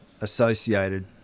associated